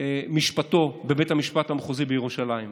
משפטו בבית המשפט המחוזי בירושלים.